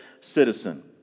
citizen